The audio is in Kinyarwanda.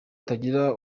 itagira